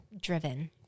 driven